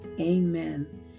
Amen